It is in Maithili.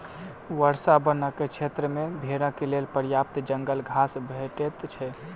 वर्षा वनक क्षेत्र मे भेड़क लेल पर्याप्त जंगल घास भेटैत छै